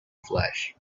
flesh